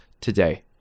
today